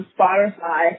Spotify